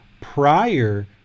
prior